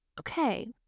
Okay